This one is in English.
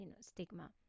stigma